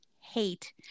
hate